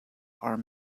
are